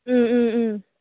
ꯎꯝ ꯎꯝ ꯎꯝ